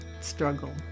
struggle